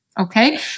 Okay